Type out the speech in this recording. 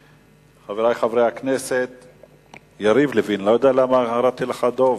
לוין, יריב לוין, לא יודע למה קראתי לך דב.